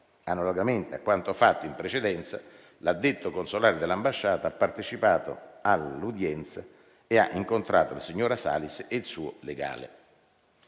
Analogamente a quanto fatto in precedenza, l'addetto consolare dell'ambasciata ha partecipato all'udienza e ha incontrato la signora Salis e il suo legale.